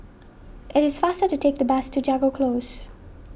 it is faster to take the bus to Jago Close